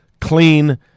clean